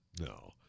No